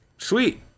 Sweet